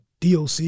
doc